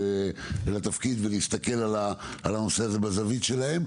לתפקיד ולהסתכל על הנושא הזה מהזווית שלו,